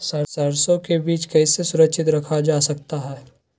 सरसो के बीज कैसे सुरक्षित रखा जा सकता है?